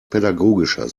pädagogischer